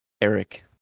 Eric